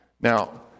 Now